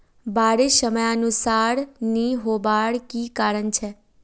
बारिश समयानुसार नी होबार की कारण छे?